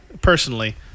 personally